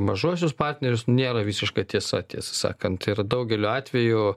mažuosius partnerius nėra visiška tiesa tiesą sakant ir daugeliu atvejų